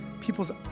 People's